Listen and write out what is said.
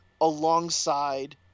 alongside